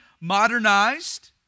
modernized